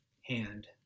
hand